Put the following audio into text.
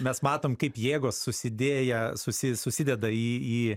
mes matom kaip jėgos susidėję susi susideda į į